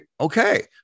Okay